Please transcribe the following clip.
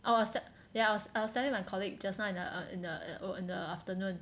I was tell~ I was I was telling my colleague just now in uh in uh oh in the afternoon